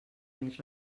més